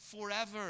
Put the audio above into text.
forever